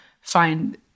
find